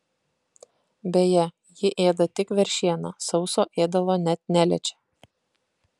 beje ji ėda tik veršieną sauso ėdalo net neliečia